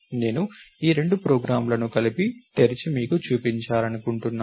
నేను ఈ రెండు ప్రోగ్రామ్లను కలిపి తెరిచి మీకు చూపించాలనుకుంటున్నాను